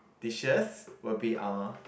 dishes would be uh